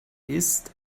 ist